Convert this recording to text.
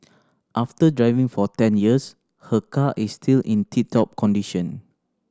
after driving for ten years her car is still in tip top condition